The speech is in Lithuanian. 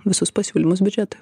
visus pasiūlymus biudžetui